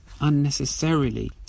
unnecessarily